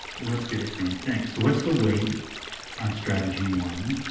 and let's do the same thing. so what's the weight on strategy one,